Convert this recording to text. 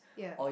yeap